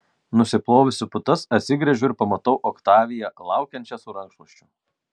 nusiplovusi putas atsigręžiu ir pamatau oktaviją laukiančią su rankšluosčiu